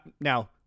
now